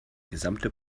gesamte